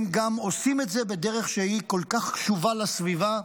הם גם עושים את זה בדרך כל כך קשובה לסביבה,